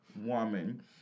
woman